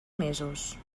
mesos